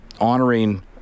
honoring